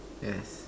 yes